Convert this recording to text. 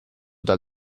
dal